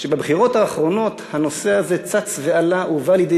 שבבחירות האחרונות הנושא הזה צץ ועלה ובא לידי